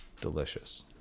delicious